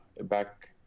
back